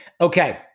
Okay